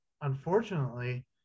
unfortunately